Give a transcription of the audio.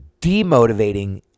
demotivating